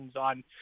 on